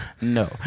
No